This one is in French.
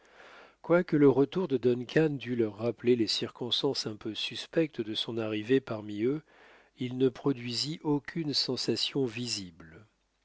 quoique le retour de duncan dût leur rappeler les circonstances un peu suspectes de son arrivée parmi eux il ne produisit aucune sensation visible